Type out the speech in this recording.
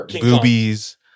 boobies